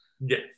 Yes